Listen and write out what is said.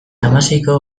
hamaseiko